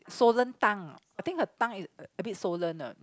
swollen tongue I think her tongue is uh a bit swollen uh